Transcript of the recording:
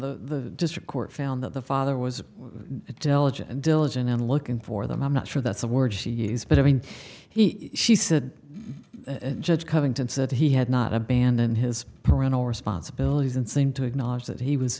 the district court found that the father was diligent and diligent in looking for them i'm not sure that's the word she used but i mean he she said judge covington said he had not abandoned his parental responsibilities and seemed to acknowledge that he was